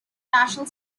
national